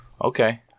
Okay